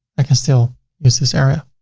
i can still use this area,